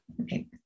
okay